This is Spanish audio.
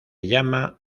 llama